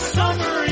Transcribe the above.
summer